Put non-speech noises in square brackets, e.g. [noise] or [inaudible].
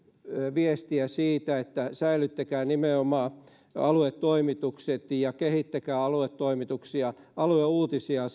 viestiä siitä että säilyttäkää nimenomaan aluetoimitukset ja kehittäkää aluetoimituksia alueuutisia [unintelligible]